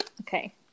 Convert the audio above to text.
okay